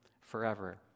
forever